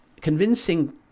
convincing